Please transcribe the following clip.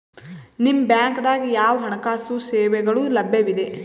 ನಿಮ ಬ್ಯಾಂಕ ದಾಗ ಯಾವ ಹಣಕಾಸು ಸೇವೆಗಳು ಲಭ್ಯವಿದೆ?